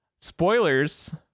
spoilers